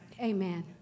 Amen